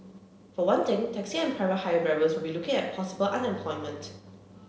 for one thing taxi and private hire drivers will be looking at possible unemployment